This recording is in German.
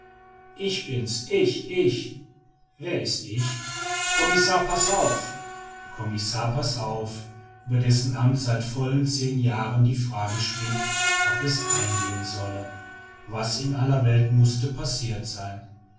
ich bin's ich ich wer ist ich commissar passauf commissar passauf über dessen amt seit vollen zehn jahren die frage schwebte ob es eingehen solle was in aller welt mußte passirt sein